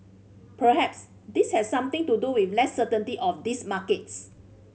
perhaps this has something to do with less certainty of these markets